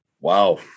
Wow